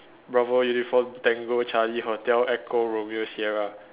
bravo uniform tango charlie hotel echo romeo sierra